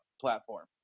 platform